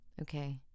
Okay